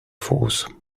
force